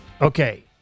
Okay